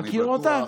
אתה מכיר אותה?